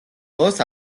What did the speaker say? ლოს